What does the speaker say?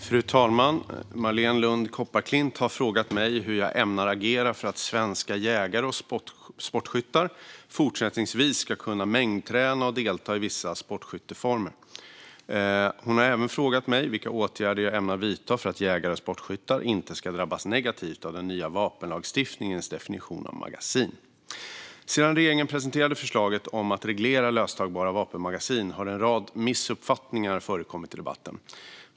Fru talman! Marléne Lund Kopparklint har frågat mig hur jag ämnar agera för att svenska jägare och sportskyttar fortsättningsvis ska kunna mängdträna och delta i vissa sportskytteformer. Hon har även frågat mig vilka åtgärder jag ämnar vidta för att jägare och sportskyttar inte ska drabbas negativt av den nya vapenlagstiftningens definition av magasin. Sedan regeringen presenterade förslaget om att reglera löstagbara vapenmagasin har en rad missuppfattningar förekommit i debatten.